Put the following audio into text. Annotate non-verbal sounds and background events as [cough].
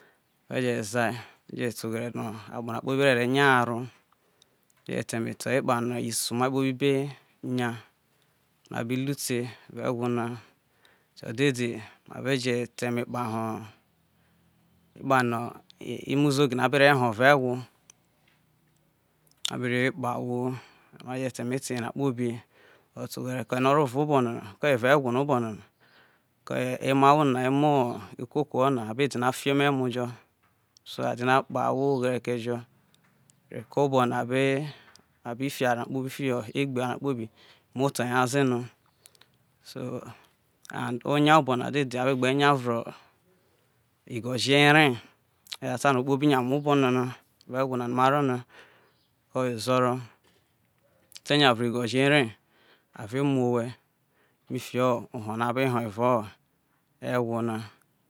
[unintelligible] za mere je te eghere no ahwo akpona kpobi be ro nya hero, ma ve te to eme to ekpano isu mai kpobi be nya, no abi lu te evao egwo na esejo dede mere je ta emekpa ho ekpeno emo uzoge na be ro ho evao o egwo abe ru kpe ahwo maru je ta eme te eyena kpobi but oghere no orevao oboni ko ye evao egwo na oboni ko emo ahwo na emo ukoko ale dine fi emo umo jo so a dina kpe ahwo aghere ke jo reko obona abe abe fio eware na kpobi fiho egbe ewere na kpobi muo oto eyaze no, so and oya obona dede abe gbe nya vro igho jo-ere oye ata no ohwo kpobi nya ma obo nana evao egwo ne no mero na evao ozoro, ate nya vre ighojo ere ave mu o we miflo oho no abe ho evao egwo na.